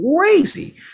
crazy